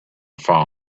phone